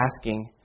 asking